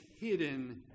hidden